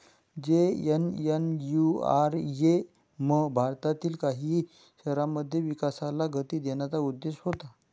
JNNURM भारतातील काही शहरांमध्ये विकासाला गती देण्याचा उद्देश होता